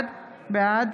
בעד